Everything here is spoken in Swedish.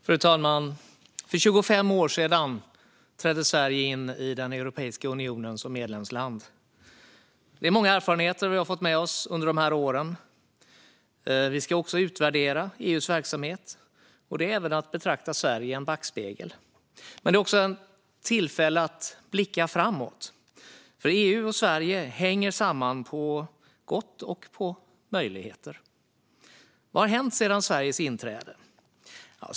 Fru talman! För 25 år sedan trädde Sverige in i Europeiska unionen som medlemsland. Det är många erfarenheter som vi har fått med oss under dessa år. Vi ska utvärdera EU:s verksamhet, och det är att betrakta Sverige i en backspegel. Det är också ett tillfälle att blicka framåt. EU och Sverige hänger samman på gott och möjligheter. Vad har hänt sedan Sveriges inträde?